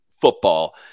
football